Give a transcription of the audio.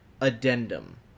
addendum